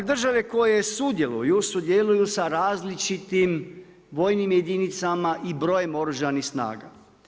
Države koje sudjeluju, sudjeluju sa različitim vojnim jedinicama i brojem Oružanih snaga.